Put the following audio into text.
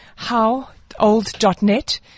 howold.net